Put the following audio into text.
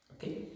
Okay